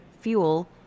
fuel